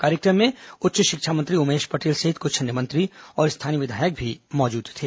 कार्यक्रम में उच्च शिक्षा मंत्री उमेश पटेल सहित कुछ अन्य मंत्री और स्थानीय विधायक भी मौजूद थे